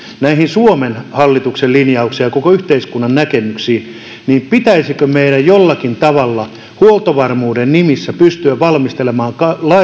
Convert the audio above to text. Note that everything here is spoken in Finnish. näihin suomen hallituksen linjauksiin ja koko yhteiskunnan näkemyksiin pitäisikö meidän jollakin tavalla huoltovarmuuden nimissä pystyä valmistelemaan